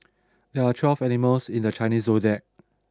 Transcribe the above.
there are twelve animals in the Chinese zodiac